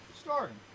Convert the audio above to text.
Starting